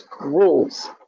rules